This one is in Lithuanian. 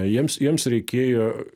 jiems jiems reikėjo